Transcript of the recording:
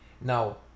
Now